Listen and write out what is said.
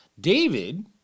David